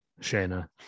Shayna